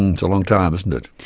it's a long time, isn't it?